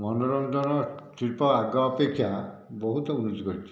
ମନୋରଞ୍ଜନ ଶିଳ୍ପ ଆଗ ଅପେକ୍ଷା ବହୁତ ବୃଦ୍ଧି କରିଛି